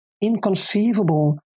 inconceivable